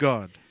God